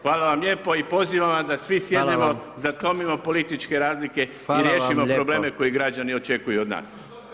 Hvala vam lijepo i pozivam vas da svi sjednemo i zatomimo političke razlike i riješimo probleme koje građani očekuju od nas.